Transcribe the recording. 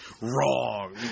Wrong